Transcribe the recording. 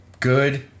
Good